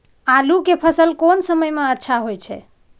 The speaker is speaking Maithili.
आलू के फसल कोन समय में अच्छा होय छै?